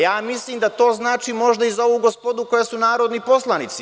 Ja mislim da to znači možda i za ovu gospodu koja su narodni poslanici.